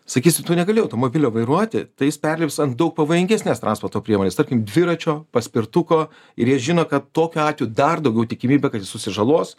sakysi tu negali automobilio vairuoti tai jis perlips ant daug pavojingesnės transporto priemonės tarkim dviračio paspirtuko ir jie žino kad tokiu atveju dar daugiau tikimybė kad jis susižalos